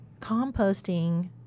composting